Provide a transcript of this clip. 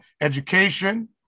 education